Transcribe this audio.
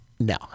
No